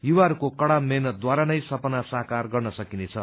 युवाहरूको कड़ा मेहनतद्वारा नै सपसना साकार गर्न सकिनेद